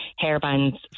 hairbands